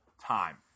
time